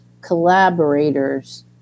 collaborators